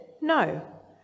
no